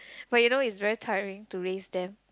but you know it's very tiring to raise them